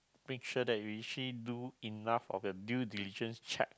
make sure that you literally do enough of your due diligence check